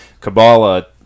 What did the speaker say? Kabbalah